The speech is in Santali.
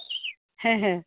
ᱦᱮᱸ ᱦᱮᱸ